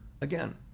again